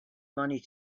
money